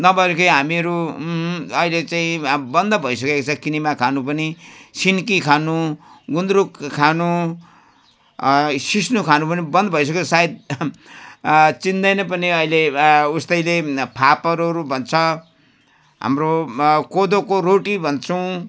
नभएदेखि हामीहरू अहिले चाहिँ अब बन्द भइसकेको छ किनेमा खानु पनि सिन्की खानु गुन्द्रुक खानु सिस्नु खानु पनि बन्द भइसक्यो सायद चिन्दैन पनि अहिले उस्तैले फापरहरू भन्छ हाम्रो कोदोको रोटी भन्छौँ